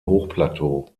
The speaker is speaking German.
hochplateau